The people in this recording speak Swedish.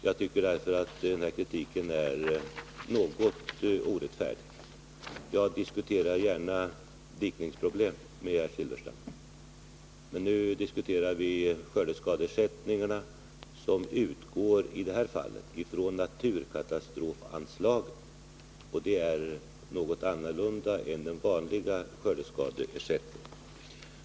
Jag tycker därför att den här kritiken är något orättfärdig. Jag diskuterar gärna dikningsproblem med herr Silfverstrand, men nu diskuterar vi skördeskadeersättningarna, som i det här fallet utgår från naturkatastrofanslaget, och det är något annorlunda än den vanliga skördeskadeersättningen.